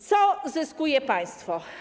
Co zyskuje państwo?